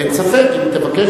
אין ספק.